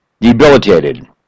debilitated